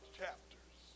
chapters